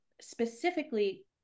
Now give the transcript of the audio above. specifically